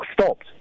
stopped